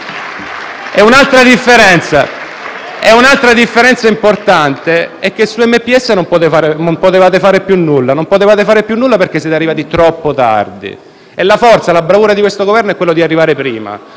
Un'altra differenza importante è che su MPS non potevate fare più nulla, perché siete arrivati troppo tardi. E la forza e la bravura di questo Governo sono quelle di arrivare prima